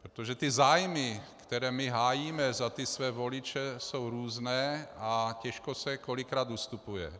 Protože zájmy, které hájíme za své voliče, jsou různé a těžko se kolikrát ustupuje.